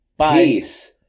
Peace